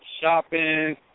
shopping